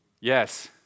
Yes